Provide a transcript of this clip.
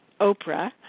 Oprah